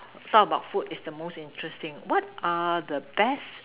talk about the food is the most interesting what are the best